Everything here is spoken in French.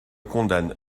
condamne